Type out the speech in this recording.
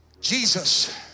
Jesus